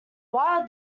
while